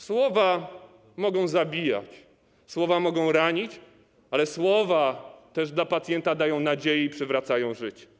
Słowa mogą zabijać, słowa mogą ranić, ale słowa, np. dla pacjenta, dają też nadzieję i przywracają życie.